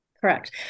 Correct